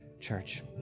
church